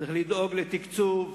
צריך לדאוג לתקצוב,